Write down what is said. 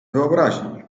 wyobraźni